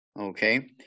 okay